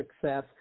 Success